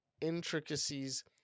intricacies